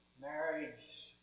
marriage